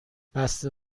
بسته